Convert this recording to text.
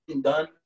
done